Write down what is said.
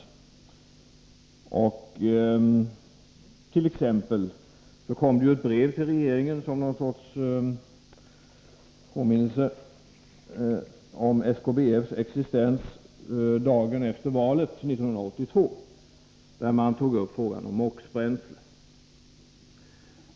Det kom ju dagen efter valet 1982 ett brev till regeringen som någon sorts påminnelse om SKBF:s existens, där man tog upp frågan om MOX-bränsle.